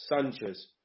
Sanchez